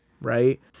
Right